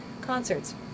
concerts